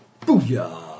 Booyah